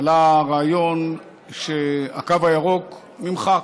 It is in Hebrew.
עלה רעיון שהקו הירוק נמחק,